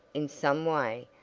in some way,